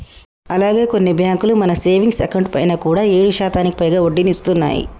అలాగే కొన్ని బ్యాంకులు మన సేవింగ్స్ అకౌంట్ పైన కూడా ఏడు శాతానికి పైగా వడ్డీని ఇస్తున్నాయి